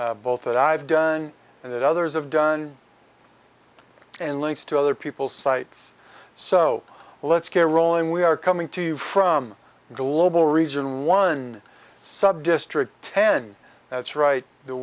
both that i've done and that others have done and links to other people sites so let's get rolling we are coming to you from global region one subdistrict ten that's right the